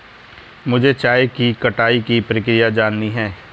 मुझे चाय की कटाई की प्रक्रिया जाननी है